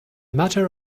matter